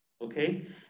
Okay